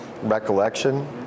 Recollection